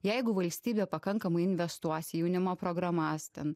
jeigu valstybė pakankamai investuos į jaunimo programas ten